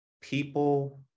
people